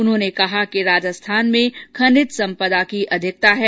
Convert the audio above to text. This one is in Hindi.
उन्होने कहा कि राजस्थान में खनिज सम्पदा की अधिकता है